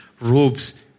robes